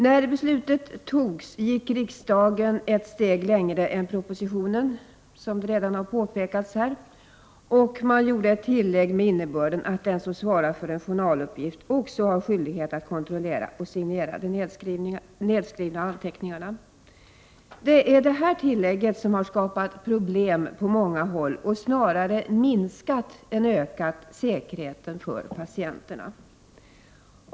När beslutet fattades gick riksdagen ett steg längre än propositionen, vilket redan har påpekats, och gjorde ett tillägg med innebörden att den som svarar för en journaluppgift också har skyldighet att kontrollera och signera de nedskrivna anteckningarna. Det här tillägget har skapat problem på många håll och snarare minskat än ökat säkerheten för patienterna.